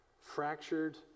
fractured